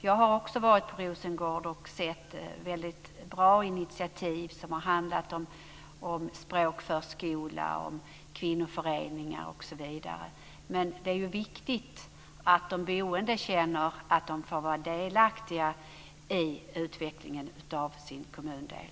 Jag har också varit på Rosengård och sett väldigt bra initiativ som har handlat om språkförskola, om kvinnoföreningar osv. Men det är viktigt att de boende känner att de får vara delaktiga i utvecklingen av sin kommundel.